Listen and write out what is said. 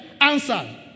answer